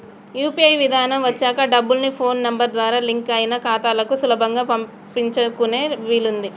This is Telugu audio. యూ.పీ.ఐ విధానం వచ్చాక డబ్బుల్ని ఫోన్ నెంబర్ ద్వారా లింక్ అయిన ఖాతాలకు సులభంగా పంపించుకునే వీలుంది